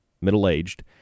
middle-aged